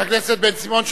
חבר הכנסת בן-סימון,